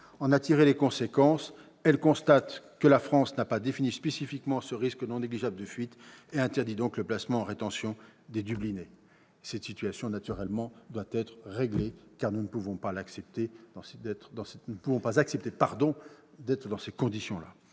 en a tiré les conséquences. Il constate que la France n'a pas défini spécifiquement ce « risque non négligeable de fuite » et interdit donc le placement en rétention des « dublinés ». Naturellement, cette situation doit être réglée, car nous ne pouvons pas accepter le dans ces conditions.